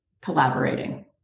collaborating